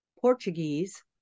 Portuguese